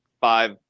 five